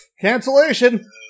Cancellation